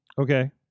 Okay